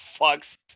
fucks